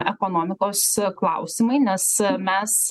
ekonomikos klausimai nes mes